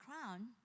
crown